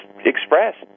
express